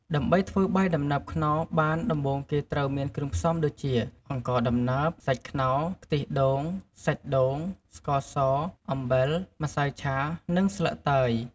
ដើម្បីធ្វើបាយដំណើបខ្នុរបានដំបូងគេត្រូវមានគ្រឿងផ្សំដូចជា អង្ករដំណើប សាច់ខ្នុរ ខ្ទិះដូង សាច់ដូង ស្ករស អំបិល ម្សៅឆា និងស្លឹកតើយ។